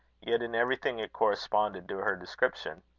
yet in everything it corresponded to her description.